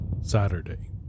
Saturday